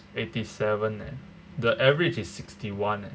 eighty seven leh the average is sixty one leh